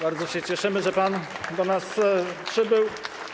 Bardzo się cieszymy, że pan do nas przybył.